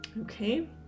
okay